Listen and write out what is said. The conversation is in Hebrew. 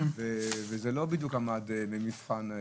זה לא בדיוק עמד במבחן.